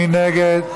מי נגד?